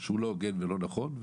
שהוא לא הוגן ולא נכון.